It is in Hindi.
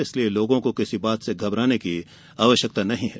इसलिए लोगों को किसी बात से घबराने की आवश्यकता नहीं है